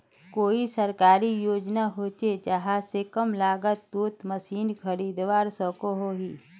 कोई सरकारी योजना होचे जहा से कम लागत तोत मशीन खरीदवार सकोहो ही?